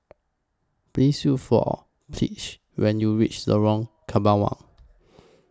Please Look For Pleas when YOU REACH Lorong Kembangan